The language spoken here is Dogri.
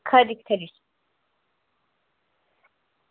खरी खरी